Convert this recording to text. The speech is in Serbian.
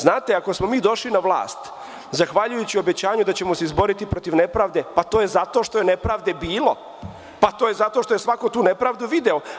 Znate, ako smo mi došli na vlast zahvaljujući obećanju da ćemo se izboriti protiv nepravde, pa to je zato što je nepravde bilo i zato što je svako tu nepravdu video.